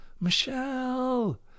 Michelle